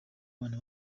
abana